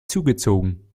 zugezogen